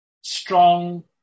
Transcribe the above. strong